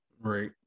Right